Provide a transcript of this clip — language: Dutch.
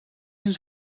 een